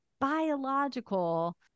biological